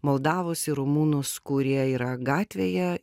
moldavus ir rumunus kurie yra gatvėje